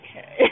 okay